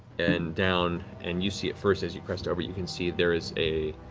and down, and you see it first as you crest over. you can see there is a